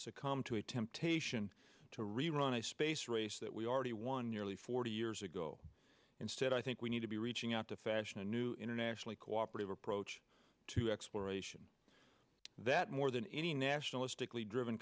succumb to attempt taishan to rerun a space race that we already won nearly forty years ago instead i think we need to be reaching out to fashion a new internationally cooperative approach to exploration that more than any nationalistic lee driven